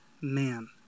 man